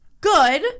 good